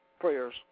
prayers